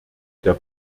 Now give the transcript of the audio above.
der